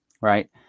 right